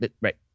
right